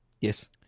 Yes